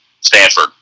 Stanford